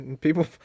people